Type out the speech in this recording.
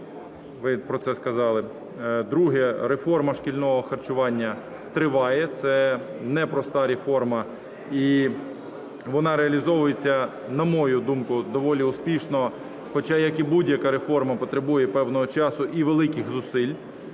Ви про це сказали. Друге – реформа шкільного харчування триває. Це непроста реформа, і вона реалізовується, на мою думку, доволі успішно, хоча, як і будь-яка реформа, потребує певного часу і великих зусиль,